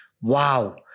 wow